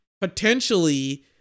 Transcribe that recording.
potentially